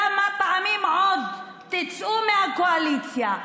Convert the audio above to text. כמה פעמים עוד תצאו מהקואליציה,